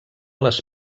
les